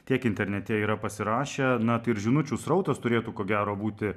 tiek internete yra pasirašę na tai ir žinučių srautas turėtų ko gero būti